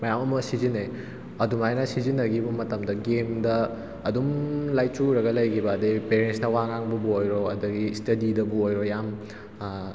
ꯃꯌꯥꯝ ꯑꯃ ꯁꯤꯖꯤꯟꯅꯩ ꯑꯗꯨꯃꯥꯏꯅ ꯁꯤꯖꯤꯟꯅꯈꯤꯕ ꯃꯇꯝꯗ ꯒꯦꯝꯗ ꯑꯗꯨꯝ ꯂꯥꯏꯆꯨꯔꯒ ꯂꯩꯈꯤꯕ ꯑꯗꯩ ꯄꯦꯔꯦꯟꯁꯅ ꯋꯥ ꯉꯥꯡꯕꯕꯨ ꯑꯣꯏꯔꯣ ꯑꯗꯒꯤ ꯏꯁꯇꯗꯤꯗꯕꯨ ꯑꯣꯏꯔꯣ ꯌꯥꯝ